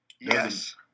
Yes